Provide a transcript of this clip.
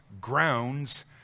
grounds